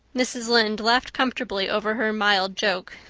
mrs. lynde laughed comfortably over her mild joke,